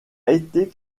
été